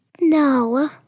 No